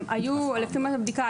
לפי הבדיקה,